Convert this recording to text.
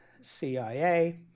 CIA